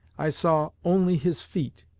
i saw only his feet.